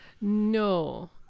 No